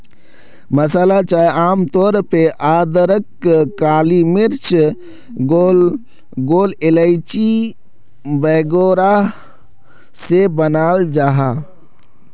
मसाला चाय आम तौर पे अदरक, काली मिर्च, लौंग, इलाइची वगैरह से बनाल जाहा